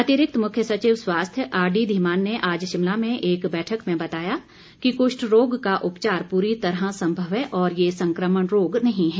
अतिरिक्त मुख्य सचिव स्वास्थ्य आरडी धीमान ने आज शिमला में एक बैठक में बताया कि कुष्ठ रोग का उपचार पूरी तरह सम्भव है और ये संक्रमण रोग नही है